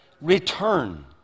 Return